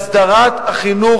ההצעות לסדר-היום